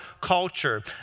culture